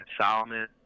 Solomon